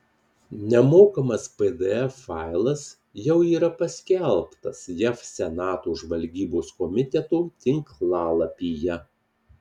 nemokamas pdf failas jau yra paskelbtas jav senato žvalgybos komiteto tinklalapyje